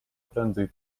prędzej